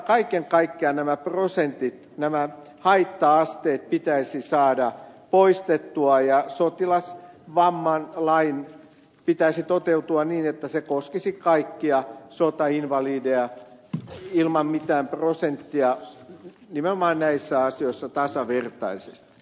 kaiken kaikkiaan nämä prosentit nämä haitta asteet pitäisi saada poistettua ja sotilasvammalain pitäisi toteutua niin että se koskisi kaikkia sotainvalideja ilman mitään prosenttia ja toteutua nimenomaan näissä asioissa tasavertaisesti